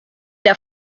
der